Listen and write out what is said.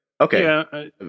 okay